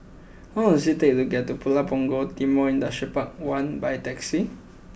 how long does it take to get to Pulau Punggol Timor Industrial Park One by taxi